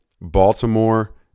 Baltimore